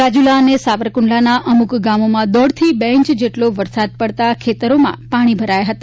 રાજુલા અને સાવરકુંડલાના અમુક ગામોમાં દોઢથી બે ઇંચ જેટલો વરસાદ પડતા ખેતરોમાં પાણી ભરાયા હતા